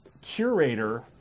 curator